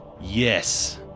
Yes